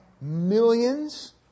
millions